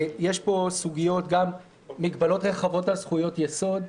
יש פה סוגיות גם של מגבלות רחבות על זכויות יסוד,